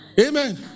amen